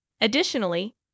Additionally